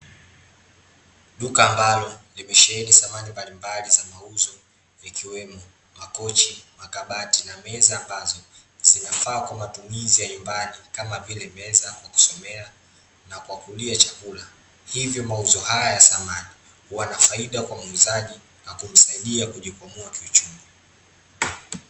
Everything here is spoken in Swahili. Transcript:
Duka ambalo limesheheni samani mbalimbali za mauzo ikiwemo; makochi, makabati na meza ambazo, zinafaa kwa matumizi ya nyumbani kama vile meza kwa kusomea, na kwa kulia chakula. Hivyo; mauzo haya ya samani, huwa na faida kwa muuzaji, na kumsaidia kujikwamua kiuchumi.